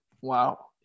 wow